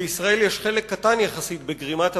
לישראל יש חלק קטן יחסית בגרימת הבעיה,